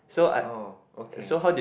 oh okay